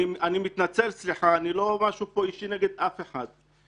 ואני מתנצל, סליחה, אין לי משהו אישי נגד אף אחד.